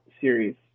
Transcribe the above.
series